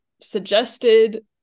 suggested